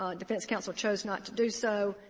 ah defense counsel chose not to do so.